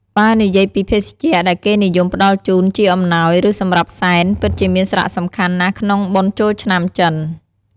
បើនិយាយពីភេសជ្ជៈ ដែលគេនិយមផ្ដល់ជូនជាអំណោយ ឬសម្រាប់សែន ពិតជាមានសារៈសំខាន់ណាស់ក្នុងបុណ្យចូលឆ្នាំចិន។